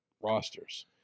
rosters